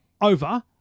over